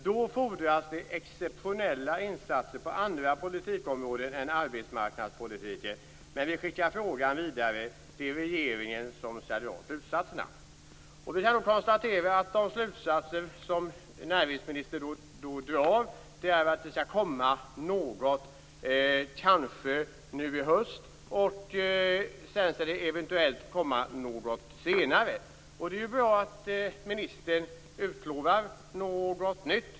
Då fordras det exceptionella insatser på andra politikområden än arbetsmarknadspolitiken. Men frågan skickas vidare till regeringen som skall dra slutsatserna. Vi kan konstatera att de slutsatser som näringsministern drar är att det skall komma något, kanske nu i höst. Sedan skall det eventuellt komma något senare. Det är ju bra att ministern utlovar något nytt.